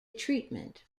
treatment